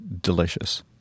delicious